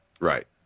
Right